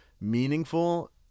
meaningful